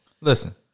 Listen